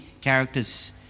characters